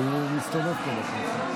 יהיה לך עוד הרבה זמן להתחבק ולקבל ברכות.